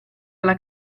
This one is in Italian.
alla